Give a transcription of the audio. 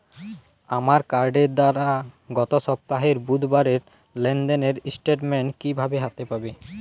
আমার কার্ডের দ্বারা গত সপ্তাহের বুধবারের লেনদেনের স্টেটমেন্ট কীভাবে হাতে পাব?